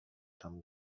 tam